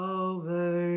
over